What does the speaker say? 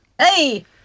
Hey